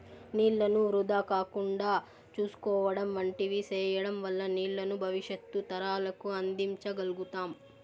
నీళ్ళను వృధా కాకుండా చూసుకోవడం వంటివి సేయడం వల్ల నీళ్ళను భవిష్యత్తు తరాలకు అందించ గల్గుతాం